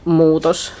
muutos